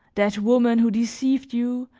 that woman who deceived you,